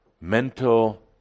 mental